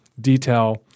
detail